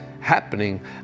happening